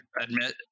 Admit